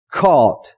caught